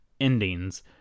endings